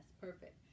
perfect